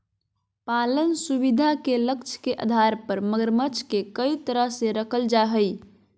पालन सुविधा के लक्ष्य के आधार पर मगरमच्छ के कई तरह से रखल जा हइ